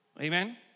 Amen